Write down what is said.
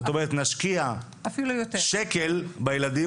זאת אומרת נשקיע שקל בילדים,